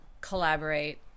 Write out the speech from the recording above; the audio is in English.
collaborate